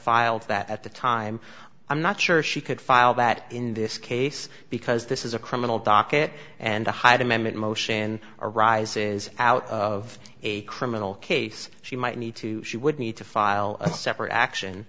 filed that at the time i'm not sure she could file that in this case because this is a criminal docket and the hyde amendment motion arises out of a criminal case she might need to she would need to file a separate action